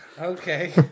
Okay